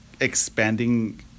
expanding